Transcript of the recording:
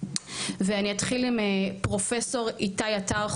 ואני אתחיל עם פרופסור איתי עטר,